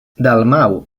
dalmau